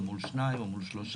או מול שניים או שלושה,